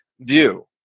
view